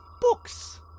books